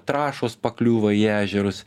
trąšos pakliūva į ežerus